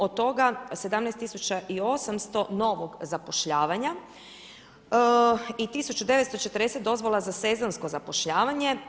Od toga 17800 novog zapošljavanja i 1940 dozvola za sezonsko zapošljavanje.